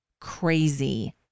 crazy